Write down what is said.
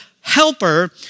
helper